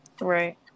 Right